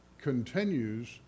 continues